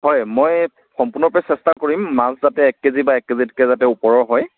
হয় মই সম্পূৰ্ণৰূপে চেষ্টা কৰিম মাছ যাতে এক কেজি বা এক কেজিতকৈ যাতে ওপৰৰ হয়